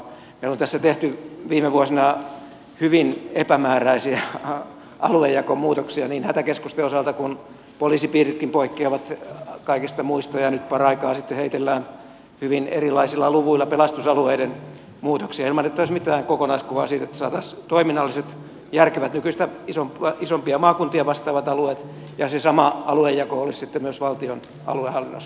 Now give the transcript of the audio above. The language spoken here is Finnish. meillä on tässä tehty viime vuosina hyvin epämääräisiä aluejakomuutoksia hätäkeskusten osalta ja poliisipiiritkin poikkeavat kaikesta muista ja nyt paraikaa sitten heitellään hyvin erilaisilla luvuilla pelastusalueiden muutoksia ilman että olisi mitään kokonaiskuvaa siitä että saataisiin toiminnalliset järkevät nykyistä isompia maakuntia vastaavat alueet ja se sama aluejako olisi sitten myös valtion aluehallinnossa